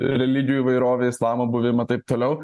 religijų įvairovę islamo buvimą taip toliau